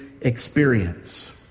experience